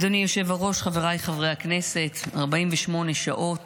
אדוני היושב-ראש, חבריי חברי הכנסת, ב-48 השעות